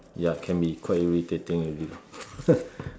ya can be quite irritating already